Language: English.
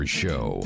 show